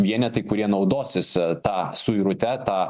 vienetai kurie naudosis tą suirute ta